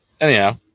anyhow